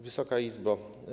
Wysoka Izbo!